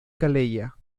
calella